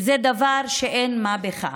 וזה לא דבר של מה בכך.